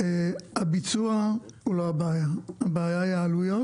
הביצוע הוא לא הבעיה, הבעיה היא העלויות